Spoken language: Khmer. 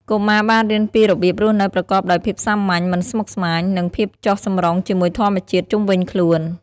កុមារបានរៀនពីរបៀបរស់នៅប្រកបដោយភាពសាមញ្ញ មិនស្មុគស្មាញ និង ភាពចុះសម្រុងជាមួយធម្មជាតិ ជុំវិញខ្លួន។